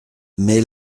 mais